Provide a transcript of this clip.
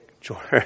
George